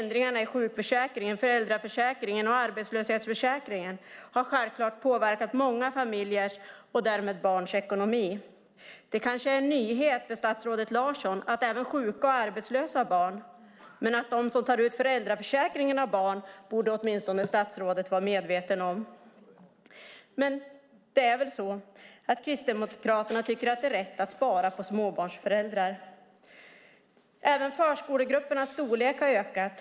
Ändringarna i sjukförsäkringen, föräldraförsäkringen och arbetslöshetsförsäkringen har självklart påverkat många familjers och därmed barns ekonomi, Det är kanske en nyhet för statsrådet Larsson att även sjuka och arbetslösa har barn. Att de som tar ut föräldraförsäkringen har barn borde statsrådet åtminstone vara medveten om. Men det är väl så att Kristdemokraterna tycker att det är rätt att spara på småbarnsföräldrar. Även storleken på förskolegrupperna har ökat.